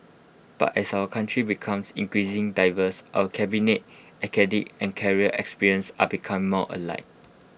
but as our country becomes increasing diverse our cabinet and career experiences are becoming more alike